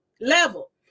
level